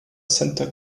center